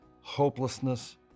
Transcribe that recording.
hopelessness